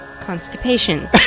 constipation